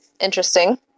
interesting